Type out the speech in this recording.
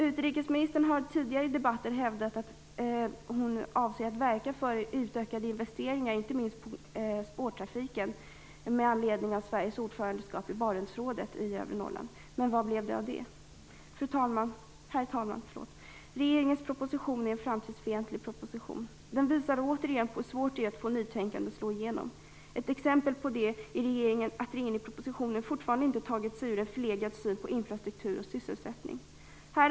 Utrikesministern har tidigare i debatten hävdat att hon avser att verka för utökade investeringar, inte minst inom spårtrafiken i övre Norrland, med anledning av Sveriges ordförandeskap i Barentsrådet. Men vad blev det av det? Herr talman! Regeringens proposition är framtidsfientlig. Den visar återigen hur svårt det är att få nytänkande att slå igenom. Ett exempel på det är att regeringen i propositionen fortfarande inte tagit sig ur en förlegad syn på infrastruktur och sysselsättning.